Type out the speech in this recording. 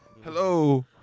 Hello